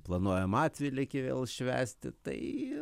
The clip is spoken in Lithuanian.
planuojam atvelykį vėl švęsti tai